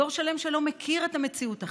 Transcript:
דור שלם לא מכיר מציאות אחרת,